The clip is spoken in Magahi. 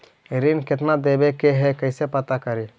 ऋण कितना देवे के है कैसे पता करी?